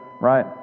right